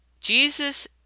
Jesus